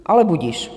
Ale budiž.